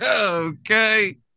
Okay